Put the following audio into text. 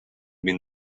been